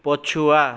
ପଛୁଆ